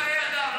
למעט חיי אדם.